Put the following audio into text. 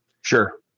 Sure